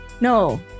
No